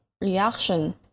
reaction